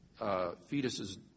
fetuses